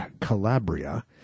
Calabria